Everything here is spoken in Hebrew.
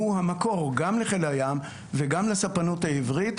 שהוא המקור גם לחיל הים וגם לספנות העברית.